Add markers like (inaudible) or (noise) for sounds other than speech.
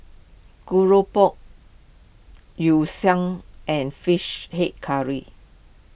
Keropok Yu (unintelligible) and Fish Head Curry